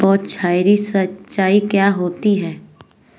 बौछारी सिंचाई क्या होती है?